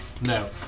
No